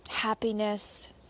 happiness